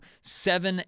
seven